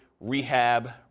rehab